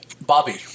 Bobby